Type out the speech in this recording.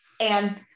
And-